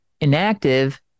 inactive